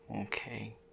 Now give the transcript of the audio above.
Okay